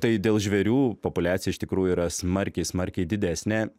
tai dėl žvėrių populiacija iš tikrųjų yra smarkiai smarkiai didesnė